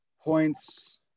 points